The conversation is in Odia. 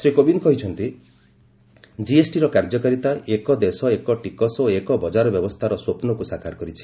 ଶ୍ରୀ କୋବିନ୍ଦ କହିଛନ୍ତି ଜିଏସ୍ଟିର କାର୍ଯ୍ୟକାରିତା ଏକ୍ ଦେଶ ଏକ୍ ଟିକସ ଓ ଏକ୍ ବଜାର ବ୍ୟବସ୍ଥାର ବିଜନ୍କ୍ ସାକାର କରିଛି